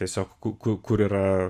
tiesiog ku ku kur yra